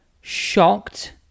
shocked